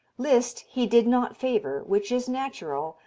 liszt he did not favor, which is natural,